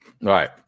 Right